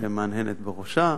שמהנהנת בראשה,